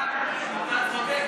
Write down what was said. כבוד השר, אתה צודק.